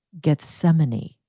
Gethsemane